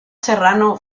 serrano